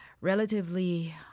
relatively